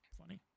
funny